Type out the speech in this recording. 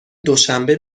دوشنبه